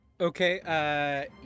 Okay